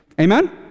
Amen